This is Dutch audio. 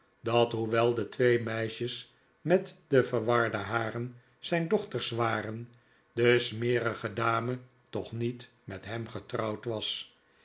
dat hoewel de twee meisjes met de verwarde haren zijn dochters waren de smerige dame toch niet met hem getrouwd was